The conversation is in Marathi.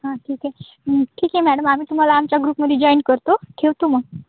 हां ठीक आहे ठीक आहे मॅडम आम्ही तुम्हाला आमच्या ग्रुपमध्ये जॉईन करतो ठेवतो मग